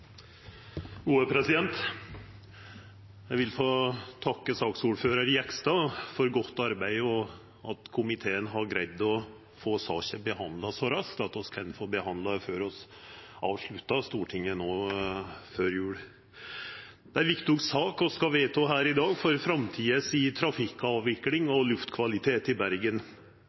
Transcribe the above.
Eg vil få takka saksordførar Jegstad for godt arbeid og komiteen for at vi har greidd å få saka behandla så raskt – at vi kan få behandla ho før vi avsluttar i Stortinget no før jul. Det er ei viktig sak for framtidig trafikkavvikling og luftkvalitet i Bergen vi skal vedta her i dag. Eg vil gje ros til Bergen